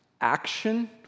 action